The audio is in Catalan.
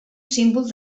símbol